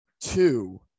Two